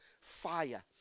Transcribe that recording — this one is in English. fire